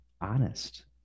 honest